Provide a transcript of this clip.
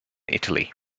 italy